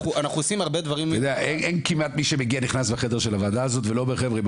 אין כמעט מי שנכנס לוועדה הזאת ולא אומר שאם